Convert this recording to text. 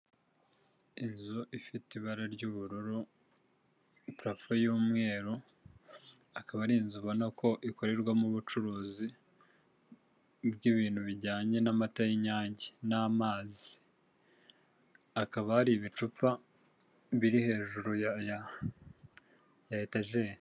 Inzu ifite ibara ry'ubururu parafo y'umweru akiba ari inzu ubona ko ikorerwamo ubucuruzi bw'ibintu bijyanye n'amata y'inyange n'amazi hakaba hari ibicupa biri hejuru ya etajeri.